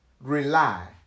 rely